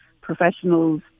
professionals